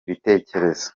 ibitekerezo